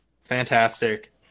fantastic